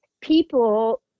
people